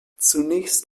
zunächst